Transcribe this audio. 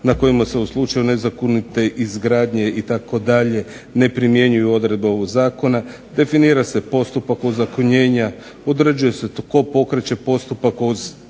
na kojima se u slučaju nezakonite izgradnje itd. ne primjenjuje odredbe ovog zakona. Definira se postupak ozakonjenja, određuje se tko pokreće postupak